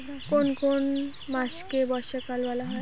কোন কোন মাসকে বর্ষাকাল বলা হয়?